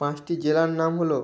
পাঁচটি জেলার নাম হলো